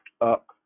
up